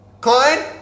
Klein